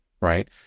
right